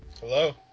Hello